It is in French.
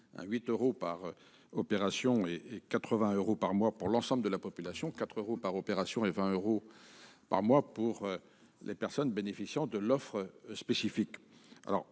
8 euros par opération et à 80 euros par mois pour l'ensemble de la population, et à 4 euros par opération et à 20 euros par mois pour les personnes bénéficiant de l'offre spécifique.